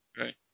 Right